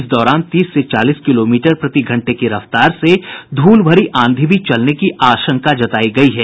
इस दौरान तीस से चालीस किलोमीटर प्रतिघंटे की रफ्तार से धूल भरी आंधी भी चलने की आशंका जतायी गयी है